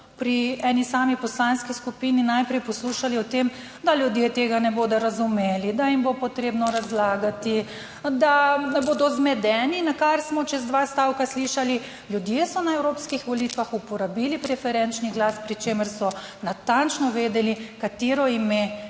pri eni sami poslanski skupini najprej poslušali o tem, da ljudje tega ne bodo razumeli, da jim bo potrebno razlagati, da bodo zmedeni, na kar smo čez dva stavka slišali: "Ljudje so na evropskih volitvah uporabili preferenčni glas, pri čemer so natančno vedeli, katero ime